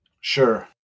Sure